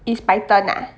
it's python ah